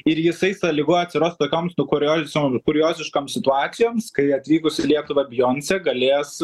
ir jisai sąlygų atsirasti tokioms kurio kurioziškoms situacijoms kai atvykus į lietuvą bjoncė